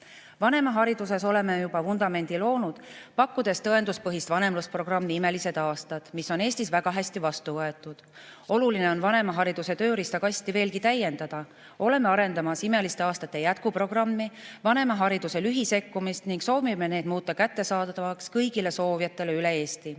ennetamiseks. Vanemahariduses oleme juba vundamendi loonud, pakkudes tõenduspõhist vanemlusprogrammi "Imelised aastad", mis on Eestis väga hästi vastu võetud. Oluline on vanemahariduse tööriistakasti veelgi täiendada. Oleme arendamas "Imeliste aastate" jätkuprogrammi, vanemahariduse lühisekkumist ning soovime need muuta kättesaadavaks kõigile soovijatele üle Eesti.